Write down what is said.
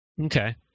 Okay